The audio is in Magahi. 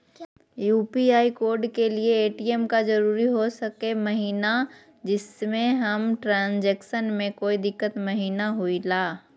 यू.पी.आई कोड के लिए ए.टी.एम का जरूरी हो सके महिना जिससे हमें ट्रांजैक्शन में कोई दिक्कत महिना हुई ला?